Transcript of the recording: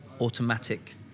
automatic